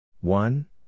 One